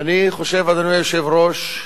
אני חושב, אדוני היושב-ראש,